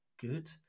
good